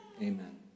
Amen